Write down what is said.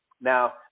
Now